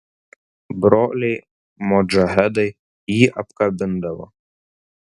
broliai modžahedai jį apkabindavo